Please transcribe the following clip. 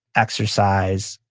exercise,